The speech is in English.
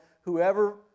Whoever